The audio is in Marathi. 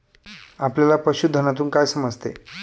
आपल्याला पशुधनातून काय समजते?